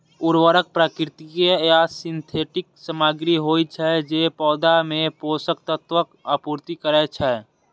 उर्वरक प्राकृतिक या सिंथेटिक सामग्री होइ छै, जे पौधा मे पोषक तत्वक आपूर्ति करै छै